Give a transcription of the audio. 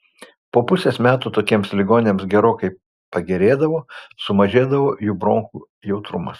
po pusės metų tokiems ligoniams gerokai pagerėdavo sumažėdavo jų bronchų jautrumas